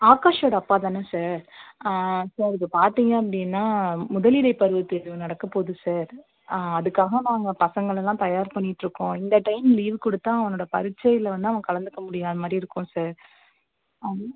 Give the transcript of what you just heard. ஆகாஷோடய அப்பாதானே sir sir இது பார்த்திங்க அப்படினா முதல் இடை பருவத்தேர்வு நடக்கறபோது சார் அதுக்காக நாங்கள் பசங்களை எல்லாம் தயார் பண்ணிகிட்ருக்கோம் இந்த டைம் லீவ் கொடுத்தா அவனோடய பரிட்சையில் வந்து அவன் கலந்துக்க முடியாத மாதிரி இருக்கும் சார் அது